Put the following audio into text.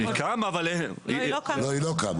היא קמה, אבל --- לא, היא לא קמה.